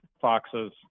foxes